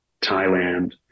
thailand